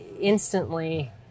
instantly